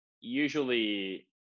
usually